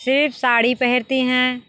सिर्फ़ साड़ी पहनती हैं